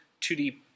2d